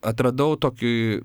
atradau tokį